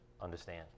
understand